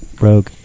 Rogue